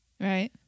Right